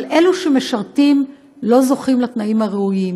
אבל אלו שמשרתים לא זוכים לתנאים הראויים.